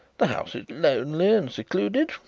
the house is lonely and secluded.